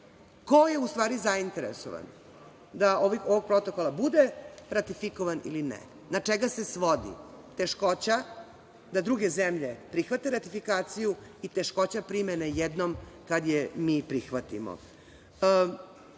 Ko je u stvari zainteresovan da ovog protokola bude, ratifikovan ili ne? Na čega se svodi teškoća da druge zemlje prihvate ratifikaciju i teškoća primene jednom kada je mi prihvatimo? Nije